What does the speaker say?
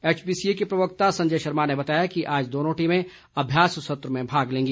H P C A प्रवक्ता संजय शर्मा ने बताया कि आज दोनों टीमें अभ्यास सत्र में भाग लेगी